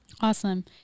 awesome